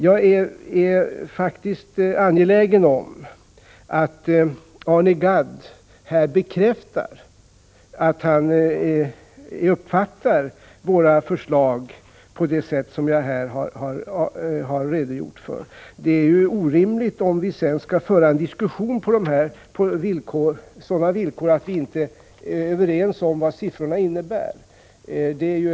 Jag är angelägen om att Arne Gadd bekräftar att han uppfattar våra förslag på det sätt som jag har redogjort för. Det är orimligt att föra en diskussion, om vi inte är överens om vad siffrorna innebär.